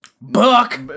Buck